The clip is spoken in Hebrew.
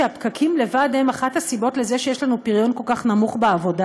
שהפקקים לבד הם אחת הסיבות לזה שיש לנו פריון כל כך נמוך בעבודה?